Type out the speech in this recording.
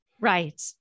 right